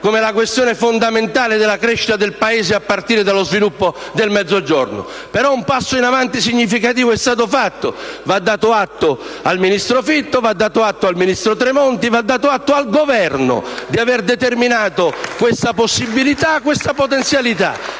come quella fondamentale della crescita del Paese, a partire dallo sviluppo del Mezzogiorno. Però, un passo avanti significativo è stato fatto. Va dato atto al ministro Fitto, va dato atto al ministro Tremonti, va dato atto al Governo di avere determinato questa possibilità, questa potenzialità.